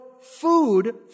food